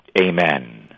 Amen